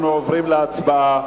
אנחנו עוברים להצבעה.